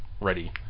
ready